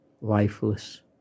lifeless